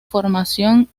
formación